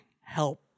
Help